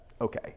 Okay